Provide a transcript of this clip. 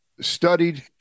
studied